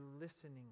listening